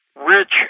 rich